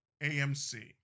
AMC